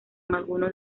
algunos